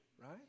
right